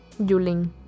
Yulin